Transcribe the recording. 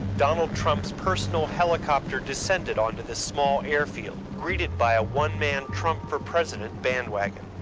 donald trump's personal helicopter descended onto this small airfield, greeted by a one-man trump for president bandwagon.